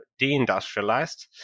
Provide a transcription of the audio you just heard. deindustrialized